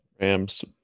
Rams